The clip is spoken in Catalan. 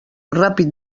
ràpid